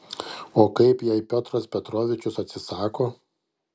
o kaip jei piotras petrovičius atsisako